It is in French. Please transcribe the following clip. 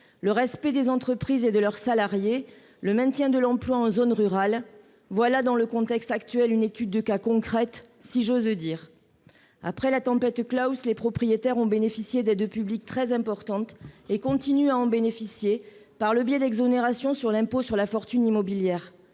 le respect des entreprises et de leurs salariés, le maintien de l'emploi en zone rurale. Voilà, dans le contexte actuel, une étude de cas concrète, si j'ose dire ! Après la tempête Klaus, les propriétaires ont bénéficié d'aides publiques très importantes et continuent à en bénéficier par le biais d'exonérations au titre de l'impôt sur la fortune immobilière.